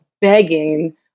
begging